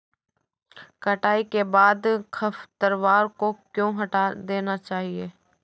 कटाई के बाद खरपतवार को क्यो हटा देना चाहिए?